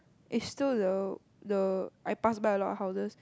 is still the the I pass by a lot of houses